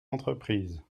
entreprises